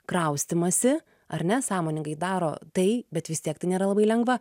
kraustymąsi ar ne sąmoningai daro tai bet vis tiek tai nėra labai lengva